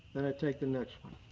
then i take the next one.